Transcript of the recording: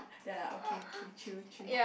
ya lah okay okay chill chill